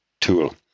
tool